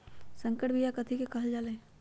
संकर बिया कथि के कहल जा लई?